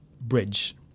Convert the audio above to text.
bridge